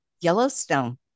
Yellowstone